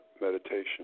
meditation